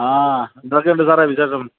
ആ എന്തൊക്കെയുണ്ട് സാറേ വിശേഷം